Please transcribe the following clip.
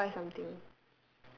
two five something